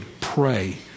Pray